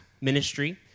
ministry